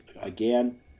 Again